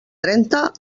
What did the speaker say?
trenta